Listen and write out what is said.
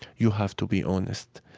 you have to be honest.